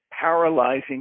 paralyzing